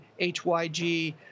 HYG